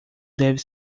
deve